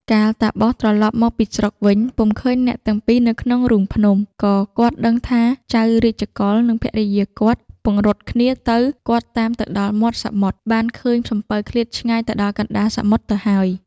កាលតាបសត្រឡប់មកពីព្រៃវិញ ពុំឃើញអ្នកទាំងពីរនៅក្នុងរូងភ្នំ គាត់ក៏ដឹងថាចៅ រាជកុលនិងភរិយាគាត់ ពង្រត់គ្នាទៅ គាត់តាមទៅដល់មាត់សមុទ្រ បានឃើញសំពៅឃ្លាតឆ្ងាយទៅដល់កណ្តាលសមុទ្រទៅហើយ ។